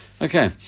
Okay